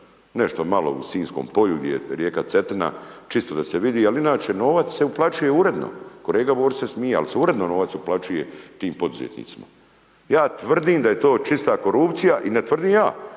nešto malo u Sinjskom polju gdje je rijeka Cetina čisto da se vidi ali inače novac se uplaćuje uredno. Kolega Borić se smije ali se uredno novac uplaćuje tim poduzetnicima. Ja tvrdim da je to čista korupcija i ne tvrdim ja